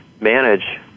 manage